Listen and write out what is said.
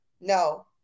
No